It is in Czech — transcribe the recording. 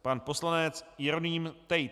Pan poslanec Jeroným Tejc.